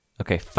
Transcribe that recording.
Okay